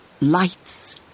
lights